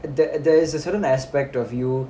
the~ there is a certain aspect of you